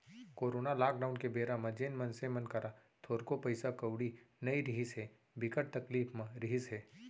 corona lockdown के बेरा म जेन मनसे मन करा थोरको पइसा कउड़ी नइ रिहिस हे, बिकट तकलीफ म रिहिस हे